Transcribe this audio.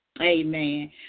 Amen